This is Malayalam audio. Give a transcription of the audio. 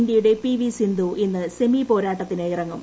ഇന്ത്യയുടെ പി വി സിന്ധു ഇന്ന് സെമി പോരാട്ടത്തിനിറങ്ങും